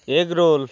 egg roll